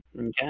Okay